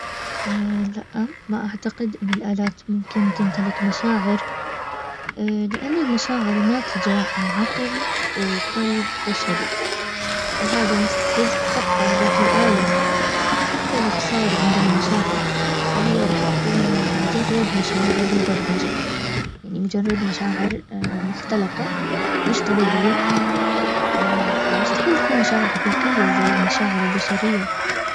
لأ ما اعتقد ان الالات ممكن تمتلك مشاعر لان المشاعر الناتجة عن عقل وقلب بشري وهذا مستحيل تحطه هذا في الالة حتى لو صار عندها مشاعر فهي راح تكون مجرد مشاعر مبرمجة يعني مجرد مشاعر مختلفه مش طبيعيه مستحيل تكون مشاعر حقيقيه مثل المشاعر البشريه